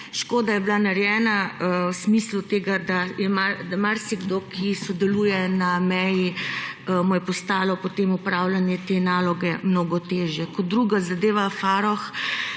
Škoda je bila narejena v smislu tega, da je marsikomu, ki sodeluje na meji, postalo potem opravljanje te naloge mnogo težje. Kot drugo. Zadeva Farrokh